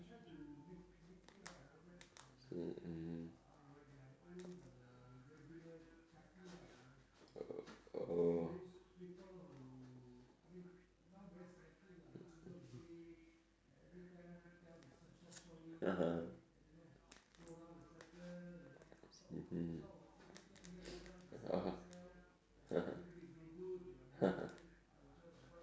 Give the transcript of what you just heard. mm oh (uh huh) mmhmm (uh huh)